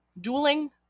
dueling